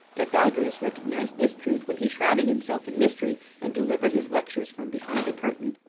pythagoras recognized this truth when he shrouded himself in mystery and delivered his lectures from behind a curtain,